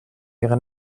ihre